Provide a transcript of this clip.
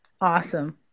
Awesome